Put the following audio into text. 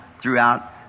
throughout